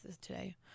today